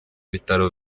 bitaro